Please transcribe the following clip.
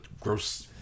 gross